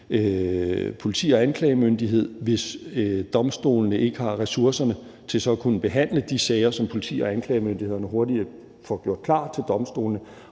politi og anklagemyndighed, hvis domstolene ikke har ressourcerne til så at kunne behandle de sager, som politi og anklagemyndighederne hurtigere får gjort klar til domstolene,